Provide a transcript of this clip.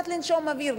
קצת לנשום אוויר,